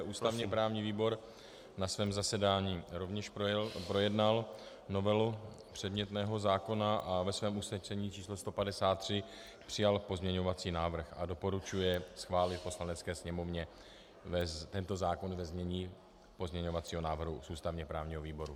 Ústavněprávní výbor na svém zasedání rovněž projednal novelu předmětného zákona a ve svém usnesení č. 153 přijal pozměňovací návrh a doporučuje schválit Poslanecké sněmovně tento zákon ve znění pozměňovacího návrhu z ústavněprávního výboru.